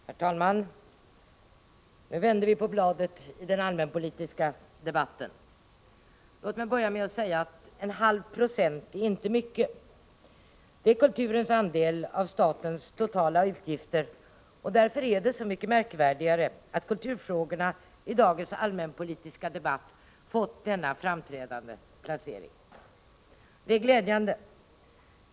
Herr talman! Nu vänder vi på bladet i den allmänpolitiska debatten. Låt mig börja med att säga att en halv procent inte är mycket. Det är kulturens andel av statens totala utgifter, och därför är det så mycket märkvärdigare att kulturfrågorna i dagens allmänpolitiska debatt fått denna framträdande placering. Det är glädjande.